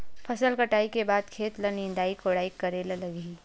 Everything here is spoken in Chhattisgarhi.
फसल कटाई के बाद खेत ल निंदाई कोडाई करेला लगही?